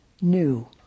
new